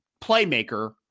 playmaker